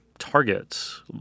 targets